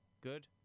Good